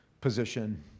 position